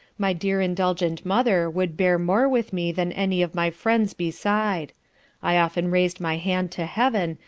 my dear indulgent mother would bear more with me than any of my friends beside i often raised my hand to heaven,